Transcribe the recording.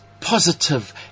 positive